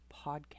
Podcast